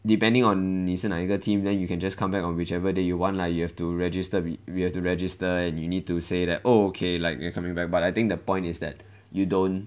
depending on 你是哪一个 team then you can just come back on whichever day you want lah you have to register we will have to register and you need to say that oh okay like you're coming back but I think the point is that you don't